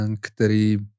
který